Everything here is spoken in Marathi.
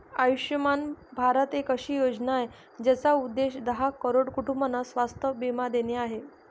आयुष्यमान भारत एक अशी योजना आहे, ज्याचा उद्देश दहा करोड कुटुंबांना स्वास्थ्य बीमा देणे आहे